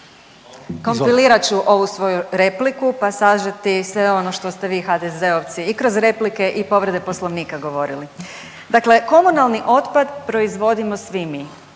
Kompilirat ću ovu svoju repliku pa sažeti sve ono što ste vi HDZ-ovci i kroz replike i povrede Poslovnika govorili. Dakle, komunalni otpad proizvodimo svi mi.